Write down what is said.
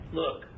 look